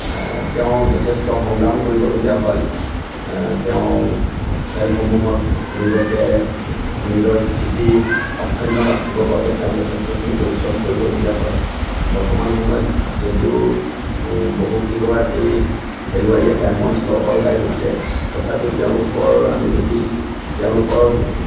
তেওঁ যথেষ্ট সংগ্ৰাম কৰিবলগীয়া হয় তেওঁ খেলসমূহত নিজকে নিজৰ স্থিতি অখুন্ন ৰাখিবৰ বাবে তেওঁ যথেষ্টখিনি পৰিশ্ৰম কৰিবলগীয়া হয় বৰ্তমান সময়ত যদিও বহুকেইগৰাকী খেলুৱৈ গ্ৰামাঞ্চলৰ পৰা ওলাই গৈছে তথাপিও তেওঁলোকৰ আমি যদি তেওঁলোকৰ